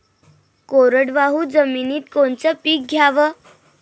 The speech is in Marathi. कोरडवाहू जमिनीत कोनचं पीक घ्याव?